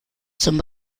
zum